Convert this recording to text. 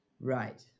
Right